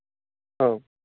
औ